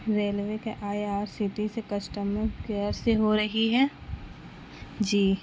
railway کے I R C T سے customer care سے ہو رہی ہے جی